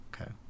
Okay